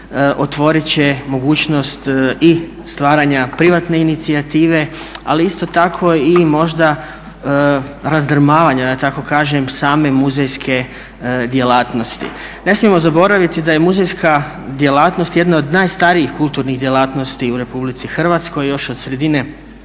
otvorit će mogućnost i stvaranja privatne inicijative, ali isto tako i možda razdrmavanja, da tako kažem, same muzejske djelatnosti. Ne smijemo zaboraviti da je muzejska djelatnost jedna od najstarijih kulturnih djelatnosti u RH još od sredine